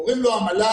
קוראים לו המל"ל,